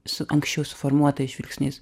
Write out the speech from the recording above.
su anksčiau suformuotais žvilgsniais